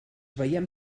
veiem